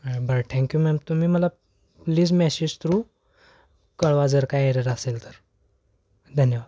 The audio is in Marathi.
बरं थँक्यू मॅम तुम्ही मला प्लीज मेसेज थ्रू कळवा जर काय एरर असेल तर धन्यवाद